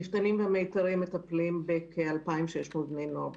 המפתנים והמיתרים מטפלים בכ-2,600 בני נוער בשנה.